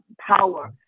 power